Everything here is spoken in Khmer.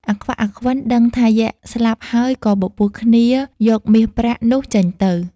អាខ្វាក់ អាខ្វិន ដឹងថាយក្ខស្លាប់ហើយ ក៏បបួលគ្នាយកមាសប្រាក់នោះចេញទៅ។